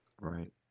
right